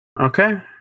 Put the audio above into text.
Okay